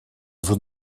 уже